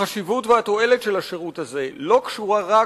החשיבות והתועלת של השירות הזה לא קשורות רק